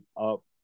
up